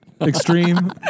Extreme